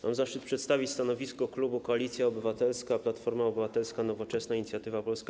Mam zaszczyt przedstawić stanowisko klubu Koalicja Obywatelska - Platforma Obywatelska, Nowoczesna, Inicjatywa Polska,